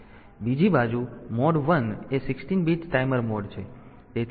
બીજી બાજુ મોડ 1 એ 16 બીટ ટાઈમર મોડ છે